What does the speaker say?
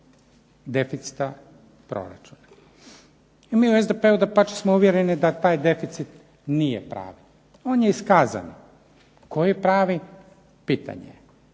deficita proračuna. I mi u SDP-u dapače smo uvjereni da taj deficit nije pravi. On je iskazan koji je pravi pitanje je.